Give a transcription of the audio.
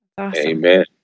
Amen